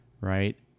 right